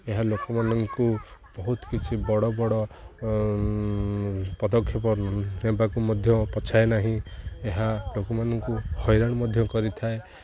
ଏହା ଲୋକମାନଙ୍କୁ ବହୁତ କିଛି ବଡ଼ ବଡ଼ ପଦକ୍ଷେପ ନେବାକୁ ମଧ୍ୟ ପଛାଏ ନାହିଁ ଏହା ଲୋକମାନଙ୍କୁ ହଇରାଣ ମଧ୍ୟ କରିଥାଏ